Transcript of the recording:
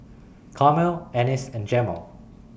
Carmel Anice and Jemal